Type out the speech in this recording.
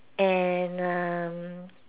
and um